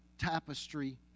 tapestry